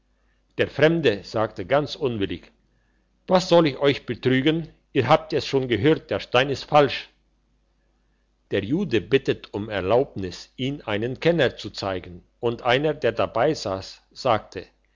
der fremde sagte ganz unwillig was soll ich euch betrügen ihr habt es schon gehört der stein ist falsch der jude bittet um erlaubnis ihn einem kenner zu zeigen und einer der dabei sass sagte